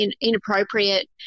inappropriate